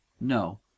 No